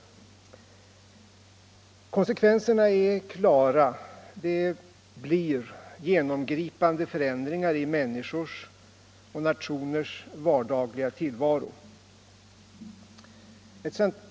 Konsekvenserna är klara. Det blir genomgripande förändringar i människors och nationers vardagliga tillvaro.